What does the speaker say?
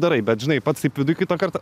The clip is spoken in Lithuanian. darai bet žinai pats taip viduj kitą kartą